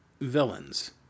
villains